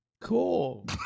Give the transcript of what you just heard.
Cool